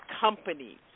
companies